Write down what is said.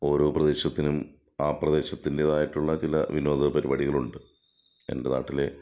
ഓരോ പ്രദേശത്തിനും ആ പ്രദേശത്തിൻ്റെതായിട്ടുള്ള ചില വിനോദ പരിപാടികളുണ്ട് എൻ്റെ നാട്ടിലെ